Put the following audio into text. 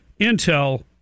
Intel